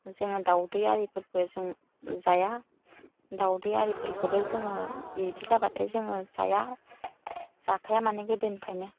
जोङो दाउदै आरिफोरबो जोङो जाया दाउदै आरिफोरखौबो जोङो बिदि जाबाथाय जोङो जाया जाखाया माने गोदोनिफायनो